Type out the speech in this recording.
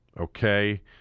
okay